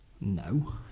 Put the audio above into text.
No